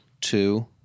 two